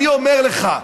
אני אומר לך,